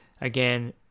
again